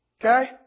Okay